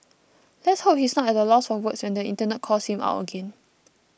let's hope he's not at a loss for words when the Internet calls him out again